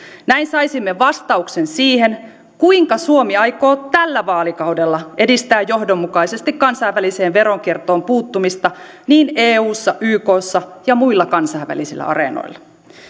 näin saisimme vastauksen siihen kuinka suomi aikoo tällä vaalikaudella edistää johdonmukaisesti kansainväliseen veronkiertoon puuttumista niin eussa ja ykssa kuin muilla kansainvälisillä areenoilla